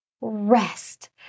rest